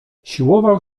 siłował